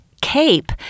cape